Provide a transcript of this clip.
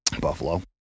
Buffalo